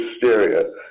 hysteria